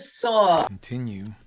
continue